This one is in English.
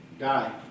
Die